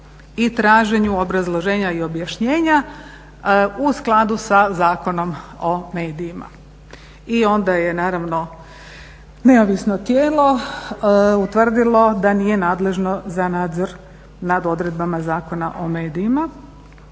i traženju obrazloženja i objašnjenja u skladu sa Zakonom o medijima. I onda je naravno neovisno tijelo utvrdilo da nije nadležno za nadzor nad odredbama Zakona o medijima.